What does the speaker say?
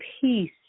peace